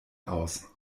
aus